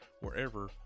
wherever